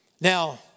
Now